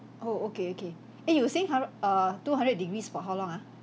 oh okay okay eh you say hundred err two hundred degrees for how long ah